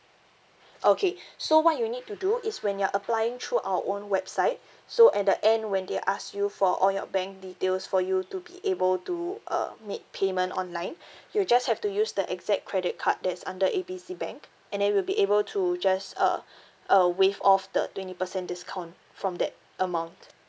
okay so what you need to do is when you're applying through our own website so at the end when they ask you for all your bank details for you to be able to uh make payment online you just have to use the exact credit card that's under A B C bank and then we'll be able to just uh uh waive off the twenty percent discount from that amount